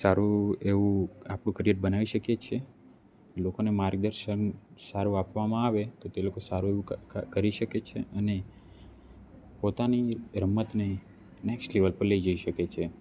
સારું એવું આપણું કરિઅર બનાવી શકીએ છે લોકોને માર્ગદર્શન સારું આપવામાં આવે તો તે લોકો સારું એવું ક કરી શકે છે અને પોતાની રમતને નેક્સ્ટ લેવલ પર લઈ જઈ શકે છે